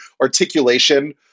articulation